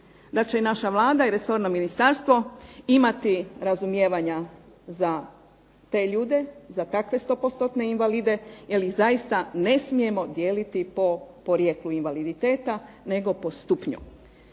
da će naša Vlada i resorno ministarstvo imati razumijevanja za te ljude, za takve sto postotne invalide jer ih zaista ne smijemo dijeliti po porijeklu invaliditeta nego po stupnju